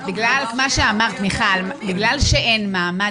בגלל מה שאמרת מיכל - בגלל שאין מעמד